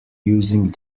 using